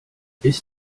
ist